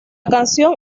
canción